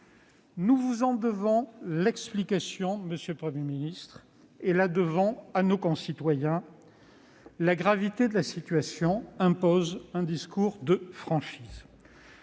Nous vous en devons l'explication, monsieur le Premier ministre, à vous ainsi qu'à nos concitoyens. La gravité de la situation impose un discours de franchise.